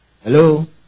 hello